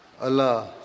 Allah